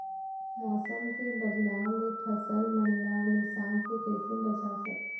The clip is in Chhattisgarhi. मौसम के बदलाव ले फसल मन ला नुकसान से कइसे बचा सकथन?